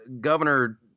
Governor